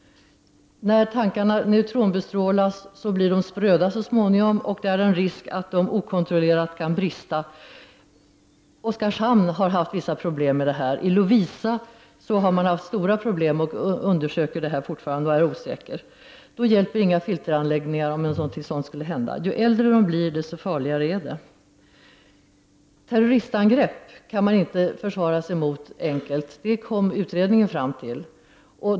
När tankarna neutronbestrålas blir de så småningom spröda, och det finns en risk att de kan brista okontrollerat. Kärnkraftsverket i Oskarshamn har haft vissa problem med detta. I Loviisa har man haft stora problem men detta. Man undersöker fortfarande problemet, och man är osäker. Om någonting sådant skulle inträffa hjälper inga filteranläggningar. Ju äldre reaktorerna blir, desto farligare blir de. Man kan inte på ett enkelt sätt försvara sig mot terroristangrepp, det kom utredningen fram till.